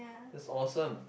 is awesome